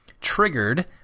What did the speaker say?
triggered